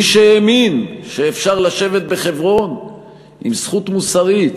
מי שהאמין שאפשר לשבת בחברון עם זכות מוסרית